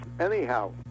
Anyhow